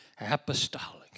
Apostolic